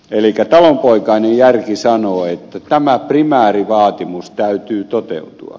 elikkä talonpoikainen järki sanoo että tämän primäärivaatimuksen täytyy toteutua